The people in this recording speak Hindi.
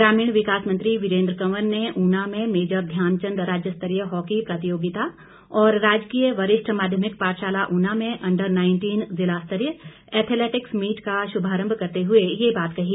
ग्रामीण विकास मंत्री वीरेन्द्र कंवर ने ऊना में मेजर ध्यानचंद राज्यस्तरीय हॉकी प्रतियोगिता और राजकीय वरिष्ठ माध्यमिक पाठशाला ऊना में अंडर नाईटीन जिलास्तरीय एथलेटिक्स मीट का शुभारंभ करते हुए ये बात कही